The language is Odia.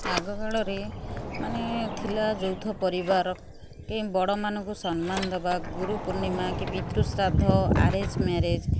ଆଗକାଳରେ ମାନେ ଥିଲା ଯୌଥ ପରିବାର କି ବଡ଼ ମାନଙ୍କୁ ସନମାନ ଦବା ଗୁରୁ ପୁର୍ଣିମା କି ପିତୃଶ୍ରାଦ୍ଧ ଆରେଞ୍ଜ୍ ମ୍ୟାରେଜ୍